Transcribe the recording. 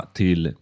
till